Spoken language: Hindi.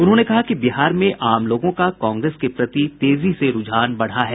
उन्होंने कहा कि बिहार में आम लोगों का कांग्रेस के प्रति तेजी से रूझान बढ़ा है